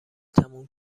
تموم